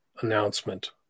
announcement